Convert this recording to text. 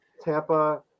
Tampa